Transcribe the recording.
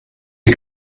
die